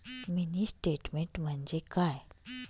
Mini statement म्हणजे काय?